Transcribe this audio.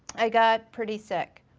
i got pretty sick.